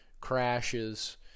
crashes